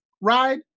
ride